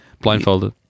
Blindfolded